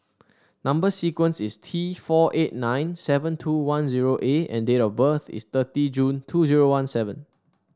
number sequence is T four eight nine seven two one zero A and date of birth is thirty June two zero one seven